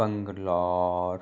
Bangalore